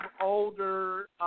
older